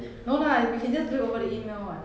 no lah we can just do over the email [what]